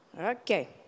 Okay